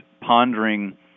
pondering